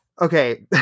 Okay